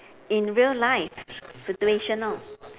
in real life situational